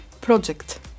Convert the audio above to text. project